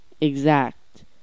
exact